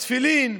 תפילין,